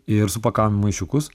ir supakavom į maišiukus